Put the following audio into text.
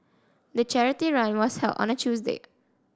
the charity run was held on a Tuesday